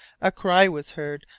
a cry was heard,